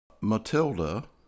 Matilda